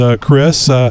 Chris